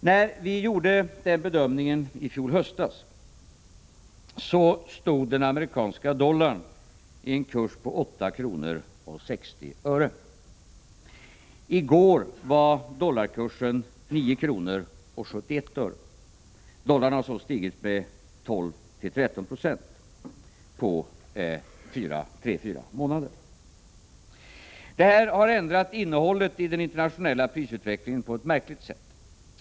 När vi gjorde den här bedömningen i fjol höstas stod den amerikanska dollarn i en kurs på 8:60 kr. I går var dollarkursen 9:71 kr. Dollarn har således stigit med 12-13 0 på tre fyra månader. Det här har ändrat innehållet i den internationella prisutvecklingen på ett märkligt sätt.